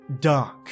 dark